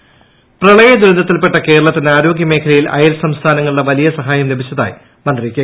K Shailaja പ്രളയ ദുരന്തത്തിൽപ്പെട്ട കേരളത്തിന് ആരോഗൃ മേഖ ലയിൽ അയൽ സംസ്ഥാനങ്ങളുടെ വലിയ സഹായം ലഭിച്ചതായി മന്ത്രി കെ